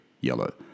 yellow